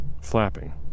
Flapping